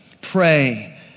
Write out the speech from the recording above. Pray